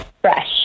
fresh